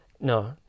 No